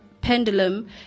pendulum